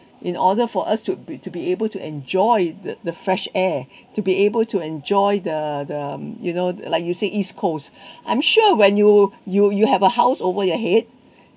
in order for us to be to be able to enjoy the the fresh air to be able to enjoy the the you know like you said east coast I'm sure when you you you have a house over your head